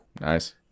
nice